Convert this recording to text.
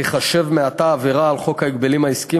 תיחשב מעתה עבירה על חוק ההגבלים העסקיים